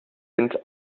sind